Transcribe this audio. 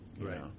Right